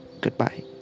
Goodbye